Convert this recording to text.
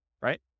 right